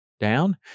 down